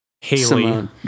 Haley